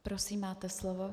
Prosím, máte slovo.